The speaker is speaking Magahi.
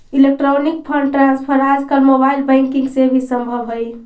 इलेक्ट्रॉनिक फंड ट्रांसफर आजकल मोबाइल बैंकिंग से भी संभव हइ